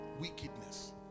wickedness